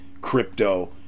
crypto